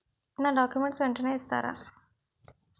నా డాక్యుమెంట్స్ వెంటనే ఇస్తారా?